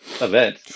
event